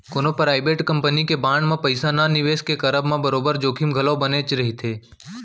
कोनो private company के bond म पइसा न निवेस के करब म बरोबर जोखिम घलौ बनेच रहिथे